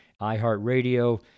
iHeartRadio